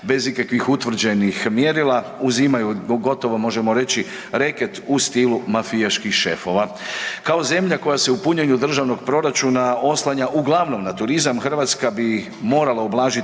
bez ikakvih utvrđenih mjerila, uzimaju gotovo možemo reći reket u stilu mafijaških šefova. Kao zemlja koja se u punjenju državnog proračuna oslanja uglavnom na turizam, Hrvatska bi morala ublažiti